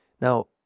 Now